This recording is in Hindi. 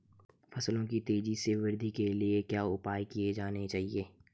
फसलों की तेज़ी से वृद्धि के लिए क्या उपाय किए जाने चाहिए?